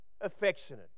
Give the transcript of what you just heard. affectionate